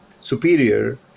superior